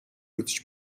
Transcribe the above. хөгжиж